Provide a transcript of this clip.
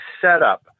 setup